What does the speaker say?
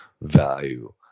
value